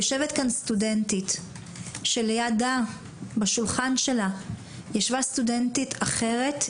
יושבת כאן סטודנטית שלידה בשולחן שלה ישבה סטודנטית אחרת,